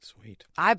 Sweet